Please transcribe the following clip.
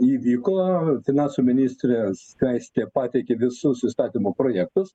įvyko finansų ministrė skaistė pateikė visus įstatymų projektus